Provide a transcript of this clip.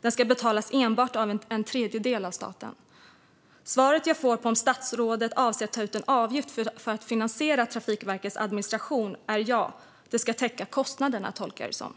Den ska enbart till en tredjedel betalas av staten. Svaret jag får på frågan om statsrådet avser att ta ut en avgift för att finansiera Trafikverkets administration är ja. Det ska täcka kostnaderna, tolkar jag det som.